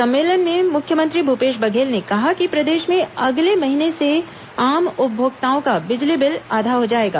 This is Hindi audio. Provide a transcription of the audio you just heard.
सम्मलेन में मुख्यमंत्री भूपेश बघेल ने कहा कि प्रदेश में अगले महीने से आम उपभोक्ताओं का बिजली बिल आधा हो जाएगा